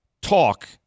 talk